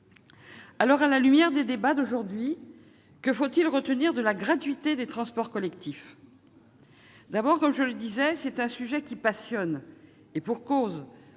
l'été. À la lumière des débats d'aujourd'hui, que faut-il retenir de la gratuité des transports collectifs ? D'abord, comme je le disais, c'est un sujet qui passionne, et pour cause